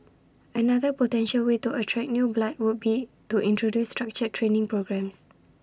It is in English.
another potential way to attract new blood would be to introduce structured training programmes